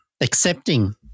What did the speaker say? accepting